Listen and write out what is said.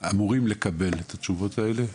הם אמורים לקבל את התשובות האלה.